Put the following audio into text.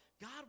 God